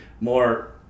more